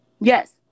Yes